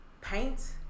paint